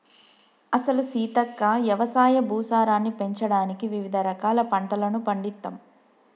అసలు సీతక్క యవసాయ భూసారాన్ని పెంచడానికి వివిధ రకాల పంటలను పండిత్తమ్